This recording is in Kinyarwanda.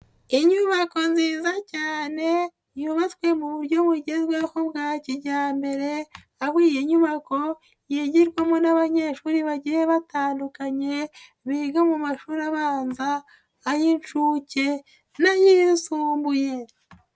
Inyubako nziza cyane yubatse mu buryo bugezweho bwa kijyambere, aho iyi nyubako yigirwamo n'abanyeshuri bagiye batandukanye, biga mu mashuri abanza, ay'incuke n'ayisumbuye.